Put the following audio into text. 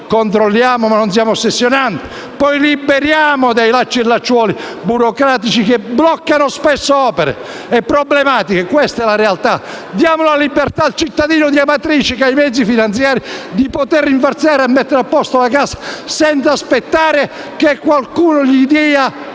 Controlliamo, ma non siamo ossessionanti, e liberiamoci da lacci e lacciuoli burocratici che bloccano spesso le opere e creano problematiche. Questa è la realtà. Diamo la libertà al cittadino di Amatrice che ha i mezzi finanziari di poter rinforzare e mettere a posto la casa senza aspettare che qualcuno gli dia